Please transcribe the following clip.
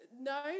No